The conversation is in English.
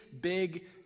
big